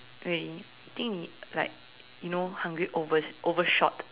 okay think like you know hungry over overshot